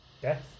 Death